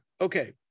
Okay